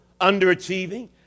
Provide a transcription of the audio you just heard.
underachieving